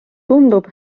tundub